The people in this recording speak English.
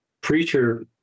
preacher